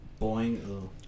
Boing